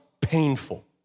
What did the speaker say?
painful